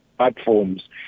platforms